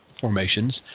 formations